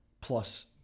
plus